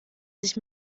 sich